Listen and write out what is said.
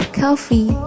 coffee